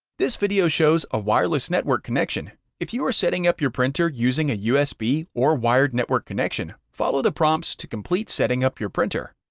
this video shows a wireless network connection. if you are setting up your printer using a usb or wired network connection, follow the prompts to complete setting up your printer.